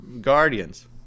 guardians